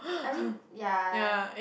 I mean ya